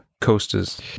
coasters